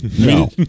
no